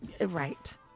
Right